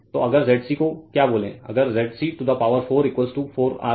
तो अगर ZC को क्या बोले अगर ZC to the power 4 4 RL 2 XC 2